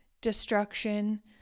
destruction